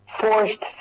forced